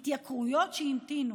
התייקרויות שהמתינו